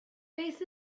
beth